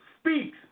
speaks